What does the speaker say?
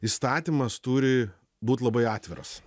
įstatymas turi būt labai atviras